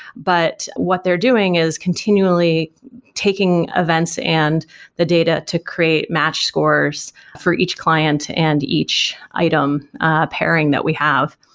but what they're doing is continually taking events and the data to create match scores for each client and each item pairing that we have.